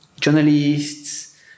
journalists